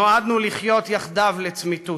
נועדנו לחיות יחדיו לצמיתות.